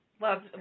love